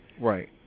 Right